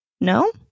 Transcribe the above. No